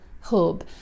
hub